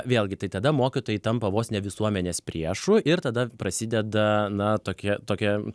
vėlgi tai tada mokytojai tampa vos ne visuomenės priešu ir tada prasideda na tokie tokie